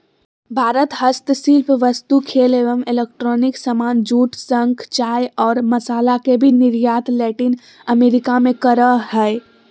भारत हस्तशिल्प वस्तु, खेल एवं इलेक्ट्रॉनिक सामान, जूट, शंख, चाय और मसाला के भी निर्यात लैटिन अमेरिका मे करअ हय